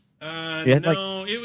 No